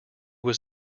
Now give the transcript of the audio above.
was